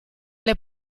alle